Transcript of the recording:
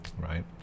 Right